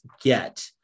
get